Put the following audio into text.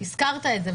הזכרת את זה,